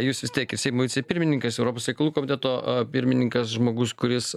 jūs vis tiek seimo vicepirmininkas europos reikalų komiteto pirmininkas žmogus kuris